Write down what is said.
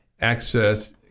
access